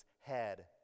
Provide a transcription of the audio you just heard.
head